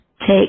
take